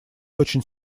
очень